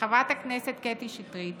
מחברת הכנסת קטי שטרית